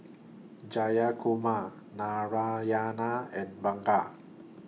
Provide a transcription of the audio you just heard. Jayakumar Narayana and Ranga